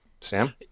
Sam